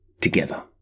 Together